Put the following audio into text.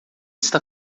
está